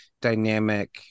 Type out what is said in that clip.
dynamic